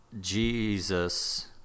Jesus